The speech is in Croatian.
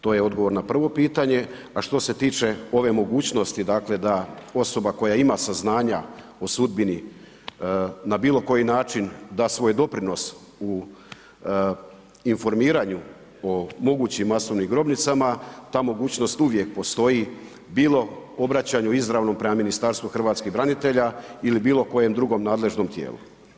To je odgovor na prvo pitanje, a što se tiče ove mogućnosti, dakle da osoba koja ima saznanja o sudbini na bilo koji način da svoj doprinos u informiranju o mogućim masovnim grobnicama ta mogućnost uvijek postoji, bilo u obraćanju izravno prema Ministarstvu hrvatskih branitelja ili bilo kojem drugom nadležnom tijelu.